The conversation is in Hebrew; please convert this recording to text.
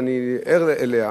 ואני ער לה,